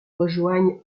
rejoignent